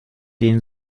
den